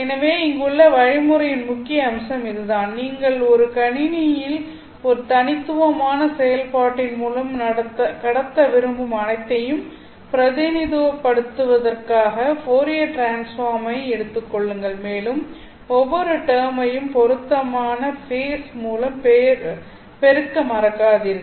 எனவே இங்குள்ள வழிமுறையின் முக்கிய அம்சம் இதுதான் நீங்கள் ஒரு கணினியில் ஒரு தனித்துவமான செயல்பாட்டின் மூலம் கடத்த விரும்பும் அனைத்தையும் பிரதிநிதித்துவப் படுத்துவதற்காக போரியர் டிரான்ஸ்பார்ம் ஐ எடுத்துக் கொள்ளுங்கள் மேலும் ஒவ்வொரு டெர்மையும் பொருத்தமான ஃபேஸ் காரணி மூலம் பெருக்க மறக்காதீர்கள்